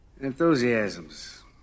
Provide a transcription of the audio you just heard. Enthusiasms